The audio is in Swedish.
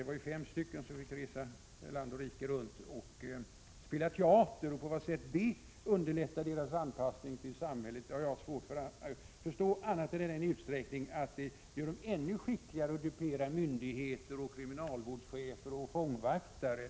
Det var fem fångar som fick resa land och rike runt och spela teater. På vad sätt det skulle underlätta deras anpassning till samhället har jag svårt att förstå. Teaterverksamhet gör dem väl ännu skickligare i att dupera myndigheter, kriminalvårdschefer och fångvaktare.